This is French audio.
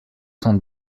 cent